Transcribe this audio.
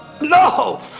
No